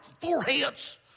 foreheads